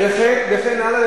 וכן הלאה,